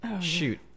Shoot